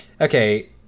okay